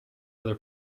other